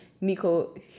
Nico